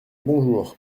bonjour